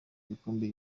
ibikombe